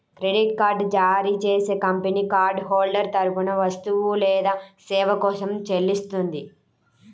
credit card జారీ చేసే company card holder తరపున వస్తువు లేదా సేవ కోసం చెల్లిస్తుంది